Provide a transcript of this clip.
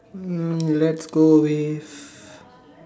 um let's go with